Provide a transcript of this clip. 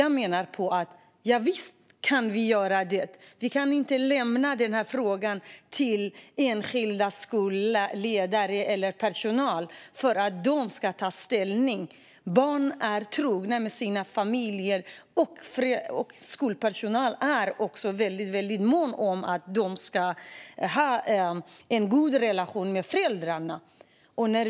Jag menar att vi visst kan göra det här. Vi kan inte lämna den här frågan till enskilda skolledare eller personal för att de ska ta ställning. Barn är trogna mot sina familjer, och skolpersonal är också väldigt mån om att ha en god relation med föräldrarna.